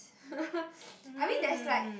I mean there's like